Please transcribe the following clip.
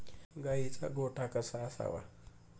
गाईचा गोठा कसा असावा?